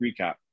recap